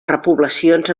repoblacions